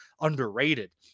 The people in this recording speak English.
underrated